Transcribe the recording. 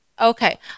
Okay